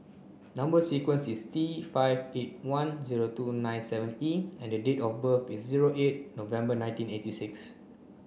number sequence is T five eight one zero two nine seven E and date of birth is zero eight November nineteen eighty six